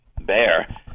bear